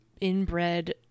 inbred